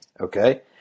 okay